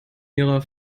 ihrer